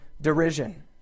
Derision